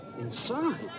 Inside